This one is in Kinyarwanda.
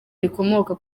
rikomoka